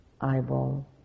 eyeball